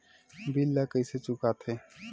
bill ला कइसे चुका थे